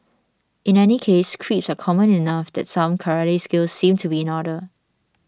in any case creeps are common enough that some karate skills seem to be in order